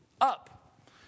up